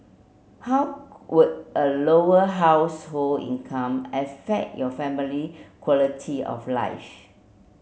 how would a Lower Household income affect your family quality of life